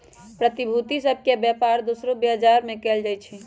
प्रतिभूति सभ के बेपार दोसरो बजार में कएल जाइ छइ